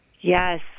Yes